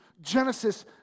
Genesis